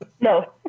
No